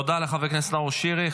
תודה לחבר הכנסת נאור שירי.